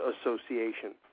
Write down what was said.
Association